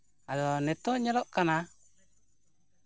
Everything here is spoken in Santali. ᱟᱫᱚ ᱱᱤᱛᱳᱜ ᱧᱮᱞᱚᱜ ᱠᱟᱱᱟ